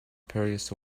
spurious